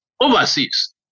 overseas